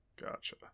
Gotcha